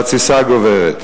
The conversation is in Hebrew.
והתסיסה גוברת.